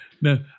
No